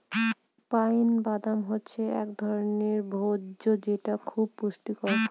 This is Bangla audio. পাইন বাদাম হচ্ছে এক ধরনের ভোজ্য যেটা খুব পুষ্টিকর